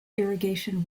irrigation